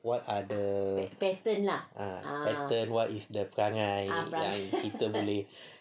what are the ah pattern what is the perangai yang kita boleh